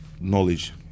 knowledge